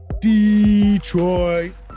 Detroit